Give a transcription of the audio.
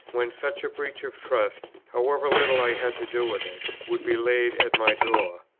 when such a breach of trust, however little i had to do with it, would be laid at my door.